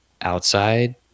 outside